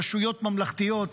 רשויות ממלכתיות,